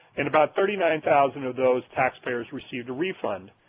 and about thirty nine thousand of those taxpayers received a refund.